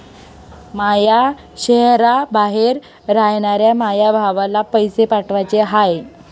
माया शैहराबाहेर रायनाऱ्या माया भावाला पैसे पाठवाचे हाय